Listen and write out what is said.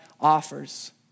offers